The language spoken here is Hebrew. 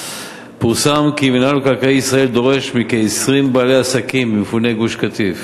פורסם כי מינהל מקרקעי ישראל דורש מכ-20 בעלי עסקים ממפוני גוש-קטיף,